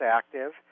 active